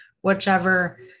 whichever